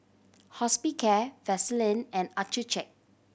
Hospicare Vaselin and Accucheck